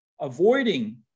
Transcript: avoiding